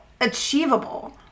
achievable